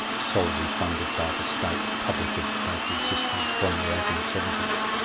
solely-funded by the state public education system from the eighteen seventy s.